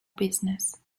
business